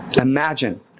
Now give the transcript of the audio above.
Imagine